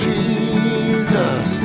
Jesus